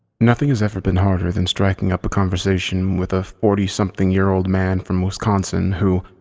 nothing has ever been harder than striking up a conversation with a forty something year old man from wisconsin who,